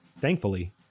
Thankfully